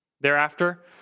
thereafter